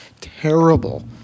terrible